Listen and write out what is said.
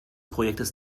projekts